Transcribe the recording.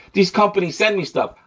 these companies send me stuff,